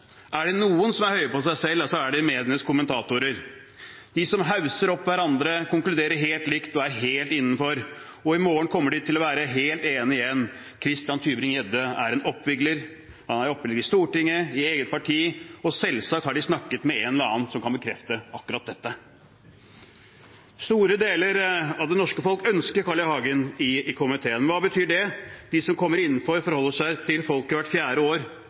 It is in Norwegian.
Er det noen som er høye på seg selv, er det medienes kommentatorer, de som hausser opp hverandre, konkluderer helt likt og er helt innenfor. I morgen kommer de til å være helt enige igjen: Christian Tybring-Gjedde er en oppvigler. Han er en oppvigler i Stortinget, i eget parti, og selvsagt har de snakket med en eller annen som kan bekrefte akkurat dette. Store deler av det norske folk ønsker Carl I. Hagen i komiteen. Hva betyr det? De som kommer innenfor, forholder seg til folket hvert fjerde år,